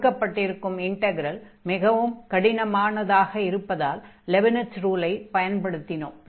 கொடுக்கப்பட்டிருக்கும் இன்டக்ரல் மிகவும் கடினமானதாக இருப்பதால் லெபினிட்ஸ் ரூலை பயன்படுத்தினோம்